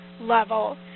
level